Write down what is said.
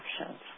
options